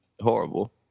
horrible